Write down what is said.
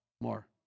more